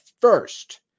first